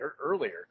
earlier